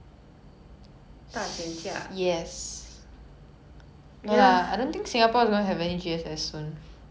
they were shifting the G_S_S online but I think G_S_S is over so I don't know but anyways